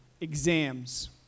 exams